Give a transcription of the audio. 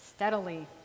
Steadily